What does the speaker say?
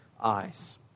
eyes